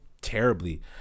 terribly